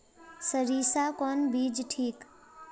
सरीसा कौन बीज ठिक?